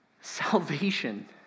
salvation